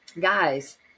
Guys